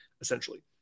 essentially